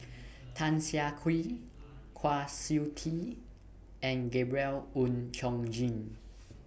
Tan Siah Kwee Kwa Siew Tee and Gabriel Oon Chong Jin